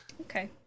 Okay